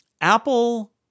Apple